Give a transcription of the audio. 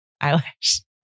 Eyelash